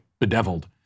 Bedeviled